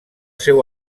seu